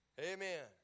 Amen